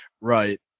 right